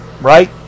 right